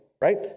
right